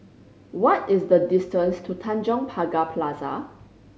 what is the distance to Tanjong Pagar Plaza